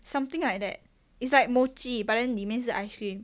something like that it's like mochi but then 里面是 ice cream